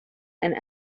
and